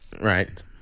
right